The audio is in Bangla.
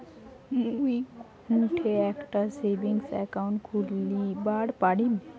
মুই কোনঠে একটা সেভিংস অ্যাকাউন্ট খুলিবার পারিম?